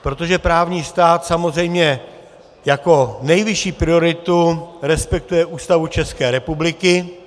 Protože právní stát samozřejmě jako nejvyšší prioritu respektuje Ústavu České republiky.